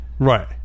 Right